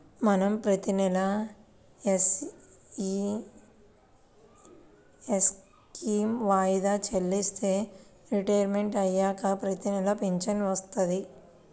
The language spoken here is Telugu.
మనం ప్రతినెలా ఎన్.పి.యస్ స్కీమ్ వాయిదా చెల్లిస్తే రిటైర్మంట్ అయ్యాక ప్రతినెలా పింఛను వత్తది